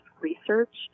research